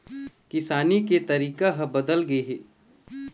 किसानी के तरीका ह बदल गे हे